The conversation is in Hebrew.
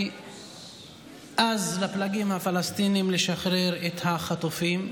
קראתי אז לפלגים הפלסטיניים לשחרר את החטופים,